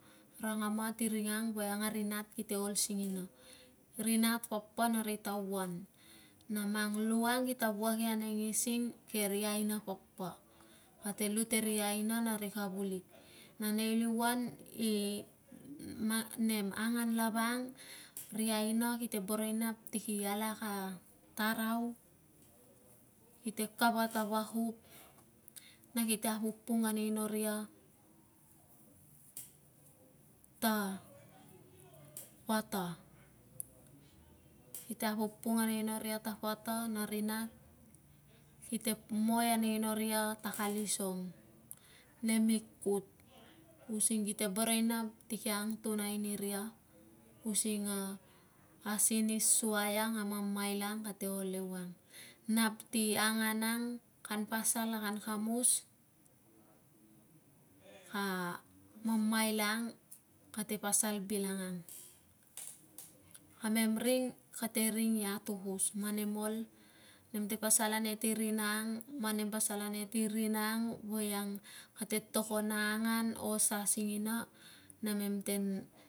Rangama ti ring ang voiang a ri nat kite ol singina. Ri nat papa na ri tauan na mang lu ang kita wuak ia ane ngising, ke ri aina papa, kate lu ti ri aina na ri kavulik. Na nei liuan i mang nem angan lava ang, ri aina ki te boro i nap ti ki alak a tarau, kite kavat a vakup na kite apupung a nei no ria ta pata, kite apupung a nei no ria ta pata na ri nat kite moi anei no ria ta kalisong, nem i kut using kite boro i nap ti ki angtunai ni ria using a pasin i suai ang a mamaila ang kate ol ewang nap ti angan ang kan pasal a kan kamus, a mamaila ang kate pasal bilanang. Kamem ring kate ring i atukus. Man nem ol, nem te pasal ane ti ring ang, man nem pasal ane ti rina ang voiang kate togon a angan o sa singina namem ten wuak ewang le mem te me papok